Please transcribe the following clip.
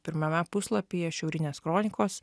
pirmame puslapyje šiaurinės kronikos